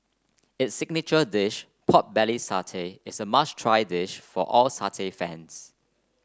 its signature dish pork belly satay is a must try dish for all satay fans